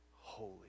holy